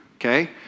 okay